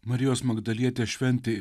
marijos magdalietės šventei